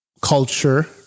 culture